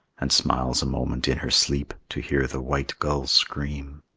and smiles a moment in her sleep to hear the white gulls scream.